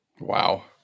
Wow